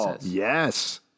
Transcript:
Yes